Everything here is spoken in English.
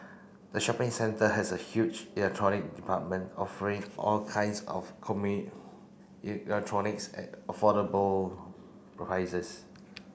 the shopping centre has a huge electronic department offering all kinds of electronics at affordable prices